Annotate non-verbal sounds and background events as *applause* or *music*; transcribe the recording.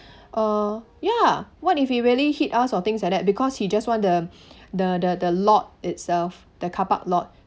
uh ya what if he really hit us or things like that because he just want the *breath* the the the lot itself the car park lot